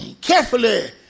carefully